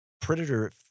Predator